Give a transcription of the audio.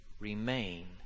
Remain